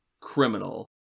criminal